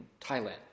Thailand